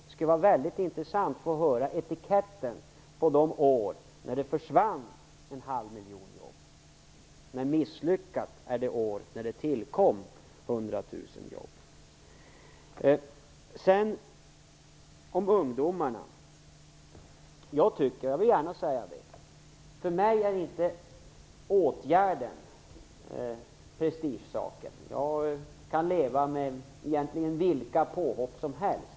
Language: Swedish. Det skulle vara intressant att få höra vilken etikett han vill sätta på de år när det försvann en halv miljon jobb, när det år när det tillkom 100 000 jobb är misslyckat. Låt mig sedan gå över till ungdomarna. För mig är inte åtgärden en prestigesak. Jag kan leva med vilka påhopp som helst.